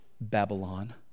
Babylon